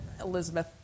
Elizabeth